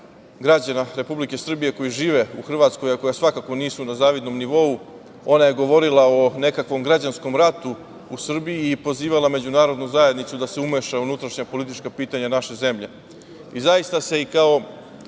građana Republike Srbije koji žive u Hrvatskoj, a koja svakako nisu na zavidnom nivou, ona je govorila o nekakvom građanskom ratu u Srbiji i pozivala međunarodnu zajednicu da se umeša u unutrašnja politička pitanja naše zemlje. Zaista se ne samo